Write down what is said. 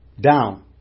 down